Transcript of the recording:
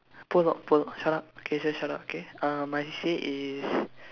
prologue prologue shut up K I say shut up K uh my C_C_A is